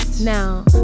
Now